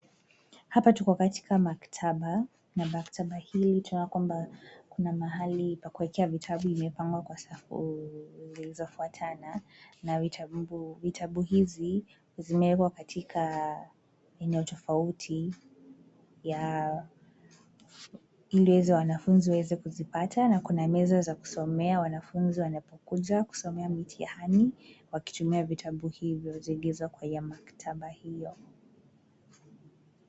Hapa tuko katika maktaba na maktaba hili tunaona kwamba kuna mahali pa kuwekea vitabu imepangwa kwa safu zilazofuatana na vitabu hizi zimewekwa katika eneo tofauti ili wanafunzi waweze kuzipata na kuna meza za kusomea wanafunzi wanapokuja kusomea mitihani wakitumia vitabu hivyo zilizo kwenye maktaba hiyo.